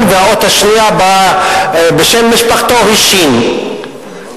והאות השנייה בשם משפחתו היא שי"ן,